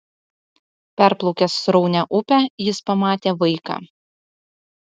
perplaukęs sraunią upę jis pamatė vaiką